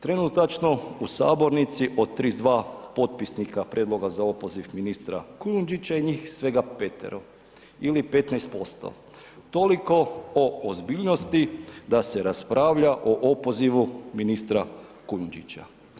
Trenutačno u sabornici od 32 potpisnika prijedloga za opoziv ministra Kujundžića je njih svega 5-ero ili 15%, toliko o ozbiljnosti da se raspravlja o opozivu ministra Kujundžića.